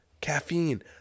Caffeine